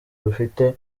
dufite